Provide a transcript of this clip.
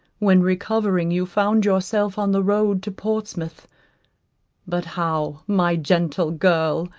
when, recovering, you found yourself on the road to portsmouth but how, my gentle girl,